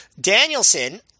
Danielson –